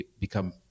become